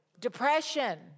depression